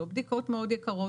לא בדיקות מאוד יקרות,